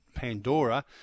Pandora